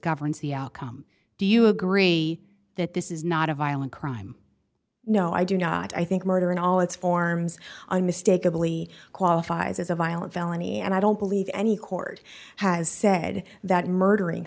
governs the outcome do you agree that this is not a violent crime no i do not i think murder in all its forms unmistakably qualifies as a violent felony and i don't believe any court has said that murdering